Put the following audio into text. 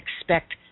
expect